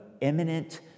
imminent